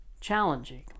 Challenging